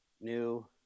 New